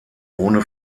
ohne